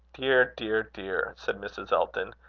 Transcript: dear! dear! dear! said mrs. elton.